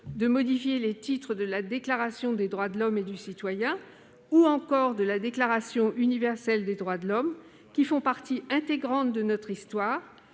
de modifier le titre de la Déclaration des droits de l'homme et du citoyen ou de la Déclaration universelle des droits de l'homme, qui font partie intégrante de notre histoire,